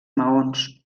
maons